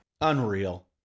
Unreal